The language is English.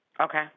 Okay